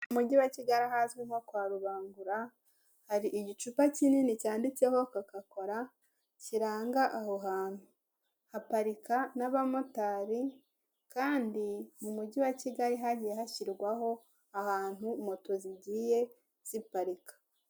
Mu mujyi wa Kigali ahazwi nko kwa Rubangura hari igicupa kinini cyanditseho koka kola, kiranga aho hantu. Haparika n'abamotari kandi, mu mujyi wa Kigali hagiye hashyirwaho ahantu moto zigiye ziparika.